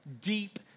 deep